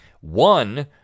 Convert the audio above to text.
one